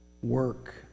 Work